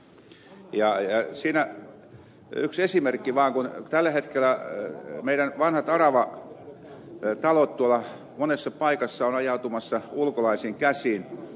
tuon vaan yhden esimerkin siitä että tällä hetkellä meidän vanhat aravatalomme monessa paikassa ovat ajautumassa ulkolaisiin käsiin